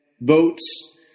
votes